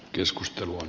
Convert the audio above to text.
keskustelu on